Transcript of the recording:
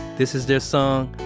this is their song,